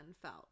felt